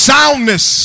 Soundness